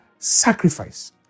sacrifice